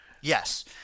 Yes